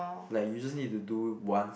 like you just need to do once